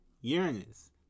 Uranus